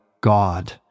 God